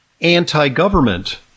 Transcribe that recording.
anti-government